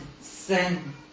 sin